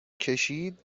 کشید